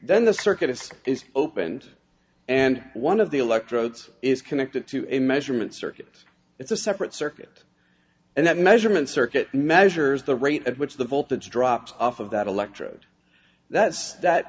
then the circuit as is opened and one of the electrodes is connected to a measurement circuit it's a separate circuit and that measurement circuit measures the rate at which the voltage drops off of that electrode that's that